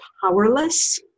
powerless